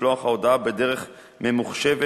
משלוח ההודעה בדרך ממוחשבת,